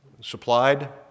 supplied